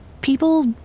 people